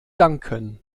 danken